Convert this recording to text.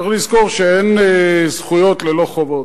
צריך לזכור שאין זכויות ללא חובות,